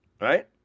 right